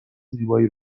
زیبایی